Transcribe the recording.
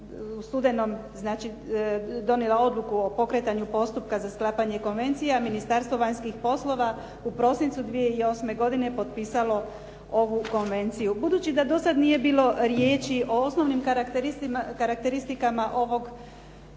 u studenom donijela odluku o pokretanju postupka za sklapanje konvencije, a Ministarstvo vanjskih poslova u prosincu 2008. godine potpisalo ovu konvenciju. Budući da do sada nije bilo riječi o osnovnim karakteristikama ovog streljiva,